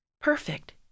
perfect